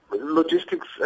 logistics